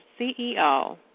CEO